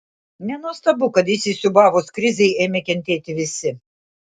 nenuostabu kad įsisiūbavus krizei ėmė kentėti visi